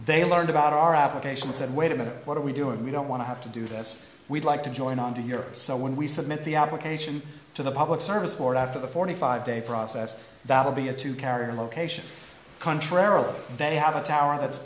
they learned about our application said wait a minute what are we doing we don't want to have to do this we'd like to join on to europe so when we submit the application to the public service board after the forty five day process that will be a two carrier location contrarily they have a tower that's